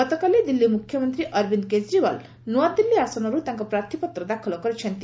ଗତକାଲି ଦିଲ୍ଲୀ ମୁଖ୍ୟମନ୍ତ୍ରୀ ଅରବିନ୍ଦ କେଜରିଓ୍ୱାଲ୍ ନୂଆଦିଲ୍ଲୀ ଆସନରୁ ତାଙ୍କ ପ୍ରାର୍ଥୀପତ୍ର ଦାଖଲ କରିଛନ୍ତି